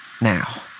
Now